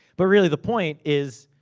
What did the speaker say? but really, the point is,